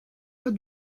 pas